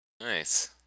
Nice